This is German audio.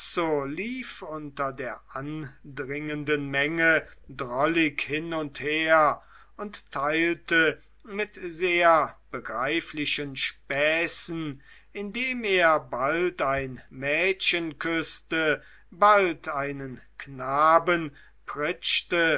lief unter der andringenden menge drollig hin und her und teilte mit sehr begreiflichen späßen indem er bald ein mädchen küßte bald einen knaben pritschte